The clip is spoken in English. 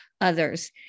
others